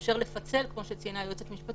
בתנאים מאוד מסוימים שקשה מאוד להתנהל אתם אחר כך,